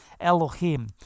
Elohim